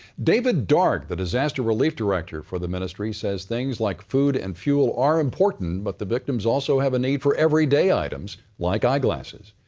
david darg, the disaster relief director for the ministry, says things like food and fuel are important, but the victims also have a need for everyday items, like eyeglasses.